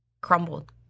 crumbled